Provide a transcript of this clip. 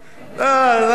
הצבא יתחשבן עם,